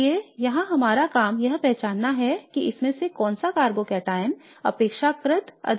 इसलिए यहां हमारा काम यह पहचानना है कि इनमें से कौन सा कार्बोकैटायन अपेक्षाकृत अधिक स्थिर है